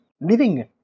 living